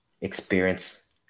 experience